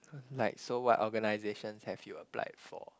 like so what organisations have you applied for